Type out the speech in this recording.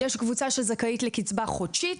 יש קבוצה שזכאית לקצבה חודשית,